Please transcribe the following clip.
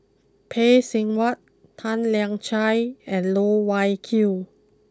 Phay Seng Whatt Tan Lian Chye and Loh Wai Kiew